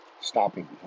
stopping